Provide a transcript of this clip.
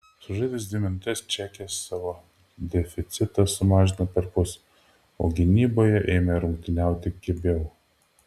sužaidus dvi minutes čekės savo deficitą sumažino perpus o gynyboje ėmė rungtyniauti kibiau